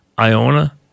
Iona